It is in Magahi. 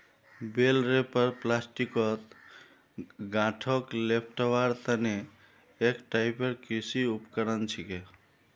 बेल रैपर प्लास्टिकत गांठक लेपटवार तने एक टाइपेर कृषि उपकरण छिके